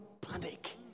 panic